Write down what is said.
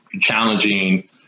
challenging